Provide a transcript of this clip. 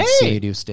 Hey